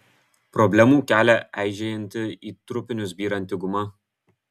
problemų kelia eižėjanti į trupinius byranti guma